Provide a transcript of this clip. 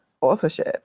authorship